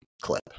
clip